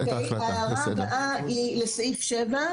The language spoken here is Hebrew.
ההערה הבאה היא לסעיף (7),